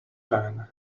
pan